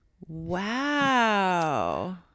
Wow